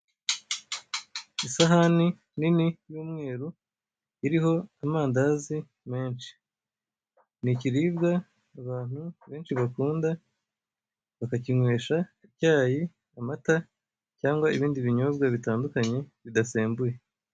Isahani nini y'umweru, iriho amandazi menshi. Ni ikiribwa abantu benshi bakunda, bakakinywesha icyayi, amata cyangwa ibindi binyobwa bitandukanye bidasembuye.